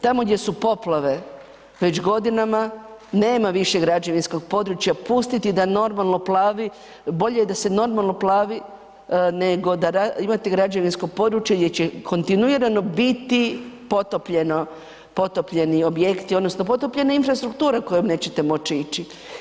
Tamo gdje su poplave već godinama nema više građevinskog područja, pustiti da normalno plavi, bolje je da se normalno plavi nego da imate građevinsko područje gdje kontinuirano biti potopljeno, potopljeni objekti odnosno potopljena infrastruktura kojom nećete moći ići.